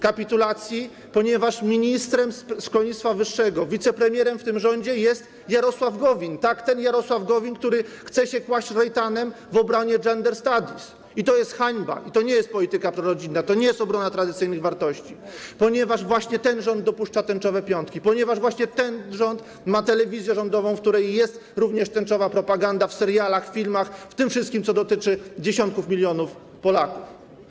Kapitulacji, ponieważ ministrem szkolnictwa wyższego, wicepremierem w tym rządzie jest Jarosław Gowin, tak, ten Jarosław Gowin, który chce się kłaść Rejtanem w obronie gender studies - i to jest hańba, to nie jest polityka prorodzinna, to nie jest obrona tradycyjnych wartości - ponieważ właśnie ten rząd dopuszcza tęczowe piątki, ponieważ właśnie ten rząd ma telewizję rządową, w której jest również tęczowa propaganda w serialach, w filmach, w tym wszystkim, co dotyczy dziesiątków milionów Polaków.